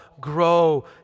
grow